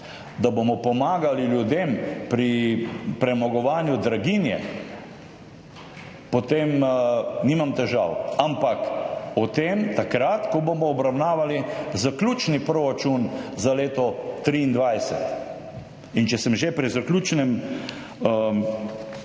da bomo pomagali ljudem pri premagovanju draginje, potem nimam težav. Ampak o tem, takrat ko bomo obravnavali zaključni proračun za leto 2023. Če sem že pri zaključnem računu,